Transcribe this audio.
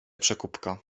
przekupka